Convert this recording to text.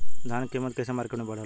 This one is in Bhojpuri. धान क कीमत कईसे मार्केट में बड़ेला?